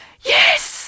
Yes